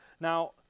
Now